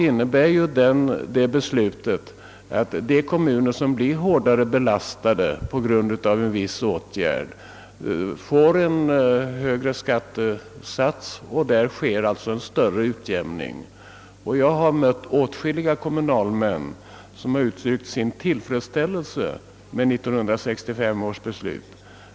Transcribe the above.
Denna reform innebär, att de kommuner som drabbas hårdast av en viss åtgärd får större del av skatteutjämningsbidraget, Jag har mött åtskilliga kommunalmän som uttryckt sin tillfredsställelse med 1965 års beslut.